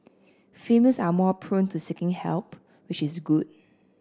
females are more prone to seeking help which is good